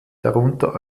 darunter